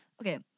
Okay